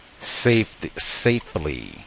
safely